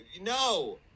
No